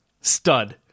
stud